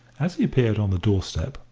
as he appeared on the doorstep,